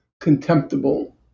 contemptible